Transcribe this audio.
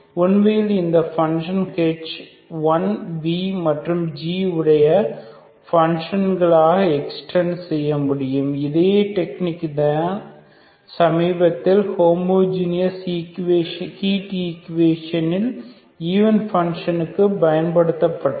உண்மையில் இந்த ஃபங்ஷன் ஐ h1 v மற்றும் g உடைய பன்ஷனாக எக்ஸ்டன்ட் செய்ய முடியும் இதே டெக்னிக்தான் சமீபத்தில் ஹோமோஜீனஸ் ஹீட் ஈக்குக்வேஷனில் ஈவன் ஃபங்ஷனுக்கு பயன்படுத்தப்பட்டது